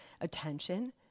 attention